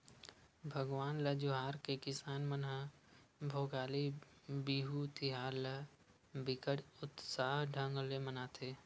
भगवान ल जोहार के किसान मन ह भोगाली बिहू तिहार ल बिकट उत्साह ढंग ले मनाथे